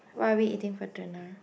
what are we eating for dinner